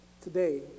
today